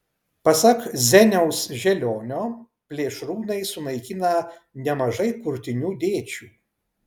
pasak zeniaus želionio plėšrūnai sunaikina nemažai kurtinių dėčių